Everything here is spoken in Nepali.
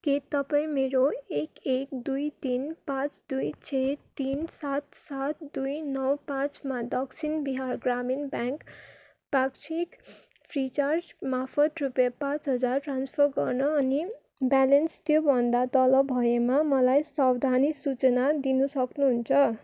के तपाईँ मेरो एक एक दुई तिन पाँच दुई छ तिन सात सात दुई नौ पाँचमा दक्षिण बिहार ग्रामीण ब्याङ्क पाक्षिक फ्री चार्जमार्फत रुपियाँ पाँच हजार ट्रान्सफर गर्न अनि ब्यालेन्स त्योभन्दा तल भएमा मलाई सावधानी सूचना दिनुसक्नुहुन्छ